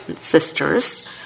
sisters